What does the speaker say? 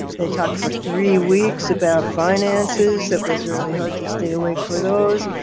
they talked for three weeks about finances, it was really hard to stay awake for those.